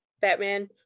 Batman